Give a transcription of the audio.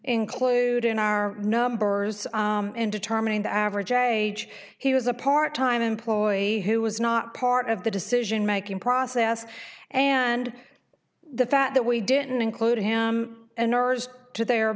include in our numbers in determining the average age he was a part time employee who was not part of the decision making process and the fact that we didn't include him